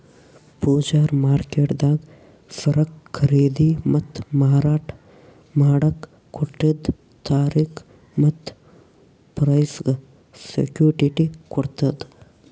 future ಮಾರ್ಕೆಟ್ದಾಗ್ ಸರಕ್ ಖರೀದಿ ಮತ್ತ್ ಮಾರಾಟ್ ಮಾಡಕ್ಕ್ ಕೊಟ್ಟಿದ್ದ್ ತಾರಿಕ್ ಮತ್ತ್ ಪ್ರೈಸ್ಗ್ ಸೆಕ್ಯುಟಿಟಿ ಕೊಡ್ತದ್